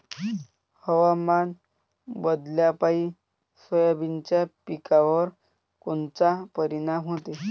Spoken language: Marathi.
हवामान बदलापायी सोयाबीनच्या पिकावर कोनचा परिणाम होते?